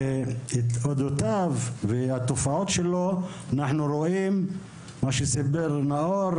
את התופעות שלו אנחנו רואים כפי שסיפרו נאור